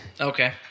Okay